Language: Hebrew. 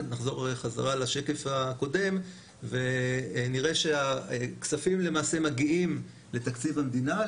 נחזור חזרה לשקף הקודם ונראה שהכספים למעשה מגיעים לתקציב המדינה,